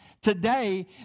today